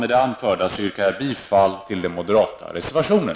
Med det anförda yrkar jag bifall till den moderata reservationen.